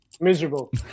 Miserable